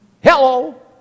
Hello